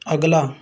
ਅਗਲਾ